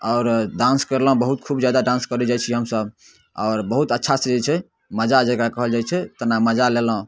आओर डांस करलहुँ बहुत खूब जादा करै जाइ छी हमसभ आओर बहुत अच्छासँ जे छै मजा जकरा कहल जाइ छै तेना मजा लेलहुँ